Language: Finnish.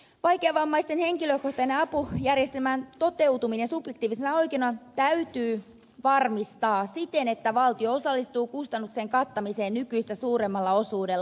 vaikeavammaisten henkilökohtaisen apujärjestelmän toteutuminen subjektiivisena oikeutena täytyy varmistaa siten että valtio osallistuu kustannuksen kattamiseen nykyistä suuremmalla osuudella